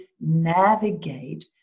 navigate